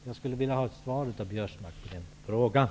Jag skulle vilja ha ett svar från Karl-Göran Biörsmark på den frågan.